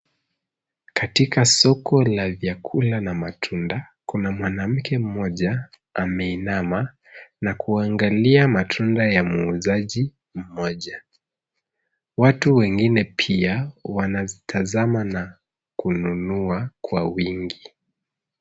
Katika soko la vyakula na matunda, kuna mwanamke mmoja ameinama na kuangalia matunda ya muuzaji mmoja. Watu wengine pia wanazitazama na kuzinunua kwa wingi.